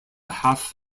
behalf